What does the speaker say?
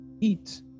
eat